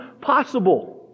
possible